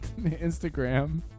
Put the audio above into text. Instagram